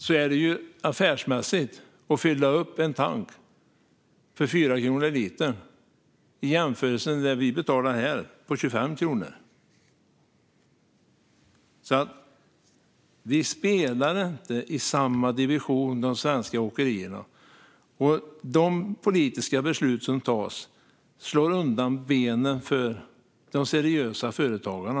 Då är det affärsmässigt att fylla upp en tank för 4 kronor per liter jämfört med de 25 kronor som vi betalar här. De svenska åkerierna spelar inte i samma division. Och de politiska beslut som tas slår undan benen för de seriösa företagarna.